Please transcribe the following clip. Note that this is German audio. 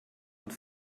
und